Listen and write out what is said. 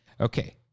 Okay